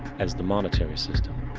as the monetary system.